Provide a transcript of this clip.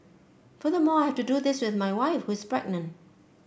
furthermore I have to do this with my wife who is pregnant